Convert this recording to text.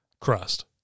crust